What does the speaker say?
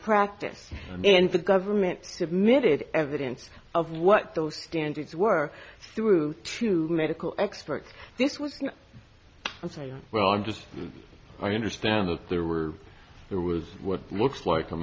practice and the government submitted evidence of what those standards were through to medical experts this was ok well i'm just i understand that there were there was what looks like a